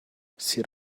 sit